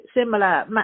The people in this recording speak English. similar